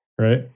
right